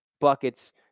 buckets